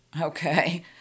Okay